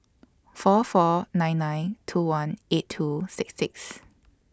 four four nine nine two one eight two six six